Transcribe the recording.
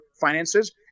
finances